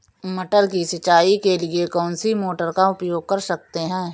मटर की सिंचाई के लिए कौन सी मोटर का उपयोग कर सकते हैं?